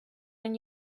and